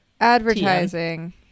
advertising